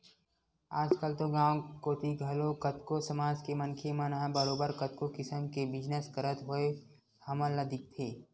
आजकल तो गाँव कोती घलो कतको समाज के मनखे मन ह बरोबर कतको किसम के बिजनस करत होय हमन ल दिखथे